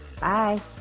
Bye